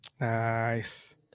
Nice